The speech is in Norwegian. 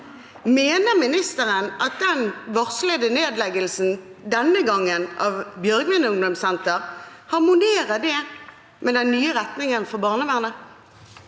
Mener ministeren at den varslede nedleggelsen, denne gangen av Bjørgvin ungdomssenter, harmonerer med den nye retningen for barnevernet?